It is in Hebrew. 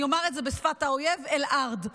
אני אומר את זה בשפת האויב: אל-ארד.